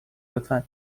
لطفا